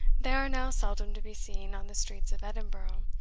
they are now seldom to be seen on the streets of edinburgh,